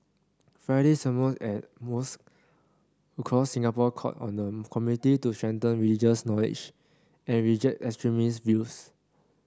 Friday sermons at mosques across Singapore called on the community to strengthen religious knowledge and reject extremist views